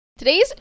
Today's